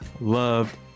love